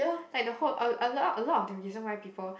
like the whole a a lot a lot of the reason why people